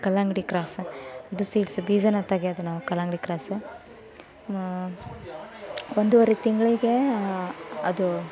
ಕಲ್ಲಂಗಡಿ ಕ್ರಾಸ ಇದು ಸೀಡ್ಸ್ ಬೀಜನ ತೆಗ್ಯೋದು ನಾವು ಕಲ್ಲಂಗಡಿ ಕ್ರಾಸು ಒಂದೂವರೆ ತಿಂಗಳಿಗೆ ಅದು